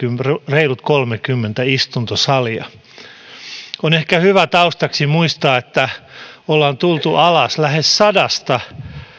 reilut kolmekymmentä istuntosalia on ehkä hyvä taustaksi muistaa että ollaan tultu alas lähes sadasta